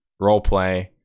roleplay